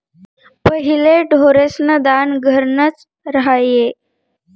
पहिले ढोरेस्न दान घरनंच र्हाये